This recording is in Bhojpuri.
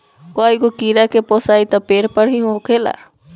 कईगो कीड़ा के पोसाई त पेड़ पे ही होखेला